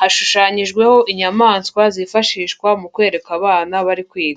hashushanyijweho inyamaswa zifashishwa mu kwereka abana bari kwiga.